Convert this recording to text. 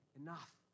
enough